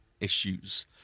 issues